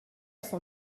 son